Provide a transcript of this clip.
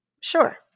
Sure